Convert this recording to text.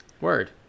Word